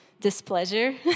displeasure